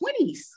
20s